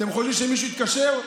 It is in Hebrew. אתם חושבים שמישהו התקשר?